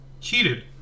cheated